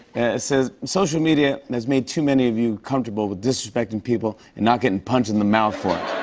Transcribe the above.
it says, social media has made too many of you comfortable with disrespecting people and not getting punched in the mouth for it.